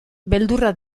beldurra